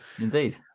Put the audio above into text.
Indeed